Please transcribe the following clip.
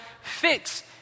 fix